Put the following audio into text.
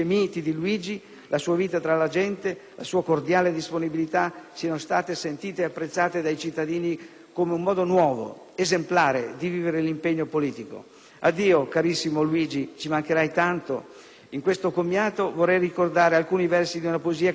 la sua vita tra la gente, la sua cordiale disponibilità siano state sentite ed apprezzate dai cittadini come un modo nuovo ed esemplare di vivere l'impegno politico. Addio, carissimo Luigi! Ci mancherai tanto! In questo commiato, vorrei ricordare alcuni versi di una poesia che ti era cara: